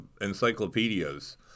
encyclopedias